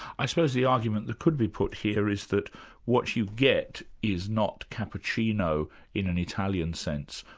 i suppose the argument that could be put here is that what you get is not cappuccino in an italian sense,